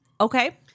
okay